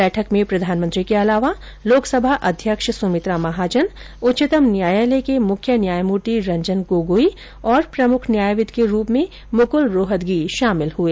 बैठक में प्रधानमंत्री के अलावा लोकसभा अध्यक्ष सुमित्रा महाजन उच्चतम न्यायालय के मुख्य न्यायमूर्ति रंजन गोगोई तथा प्रमुख न्यायविद के रूप में मुकुल रोहतगी शामिल हुए